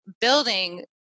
building